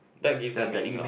that gives them meaning lah